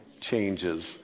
changes